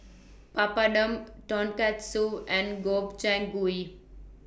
Papadum Tonkatsu and Gobchang Gui